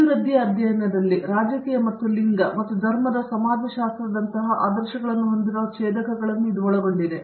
ಅಭಿವೃದ್ಧಿಯ ಅಧ್ಯಯನದಲ್ಲಿ ರಾಜಕೀಯ ಮತ್ತು ಲಿಂಗ ಮತ್ತು ಧರ್ಮದ ಸಮಾಜಶಾಸ್ತ್ರದಂತಹ ಆದರ್ಶಗಳನ್ನು ಹೊಂದಿರುವ ಛೇದಕಗಳನ್ನು ಇದು ಒಳಗೊಂಡಿದೆ